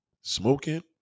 smoking